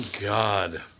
God